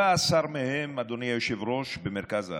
17 מהם, אדוני היושב-ראש, במרכז הארץ.